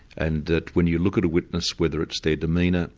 and that when you look at a witness, whether it's their demeanour,